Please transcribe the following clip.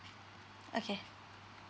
okay